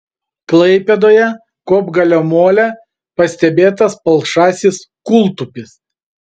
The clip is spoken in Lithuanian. klaipėdoje kopgalio mole pastebėtas palšasis kūltupis